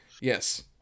Yes